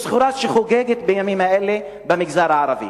זו סחורה שחוגגת בימים האלה במגזר הערבי.